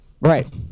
right